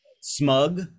smug